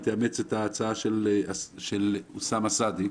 אם תאמץ את ההצעה של אוסאמה סעדי.